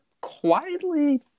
quietly